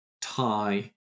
tie